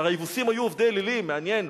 הרי היבוסים היו עובדי אלילים, מעניין.